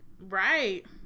Right